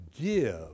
give